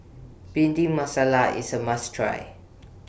Bhindi Masala IS A must Try